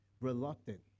reluctant